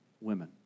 women